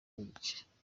n’igice